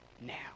now